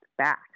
back